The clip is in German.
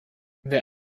wer